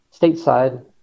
stateside